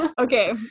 Okay